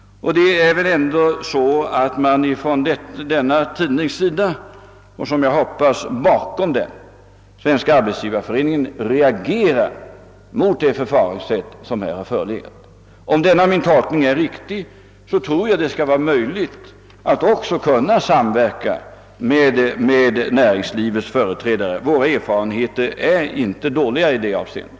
Denna tidning och, hoppas jag, bakom den Svenska arbetsgivareföreningen reagerar alltså mot det förfaringssätt som här tillämpats. Om denna min tolkning är riktig, tror jag att det skall vara möjligt för oss att även i fortsättningen samverka med näringslivets företrädare. Våra erfarenheter är inte dåliga i detta avseende.